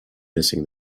missing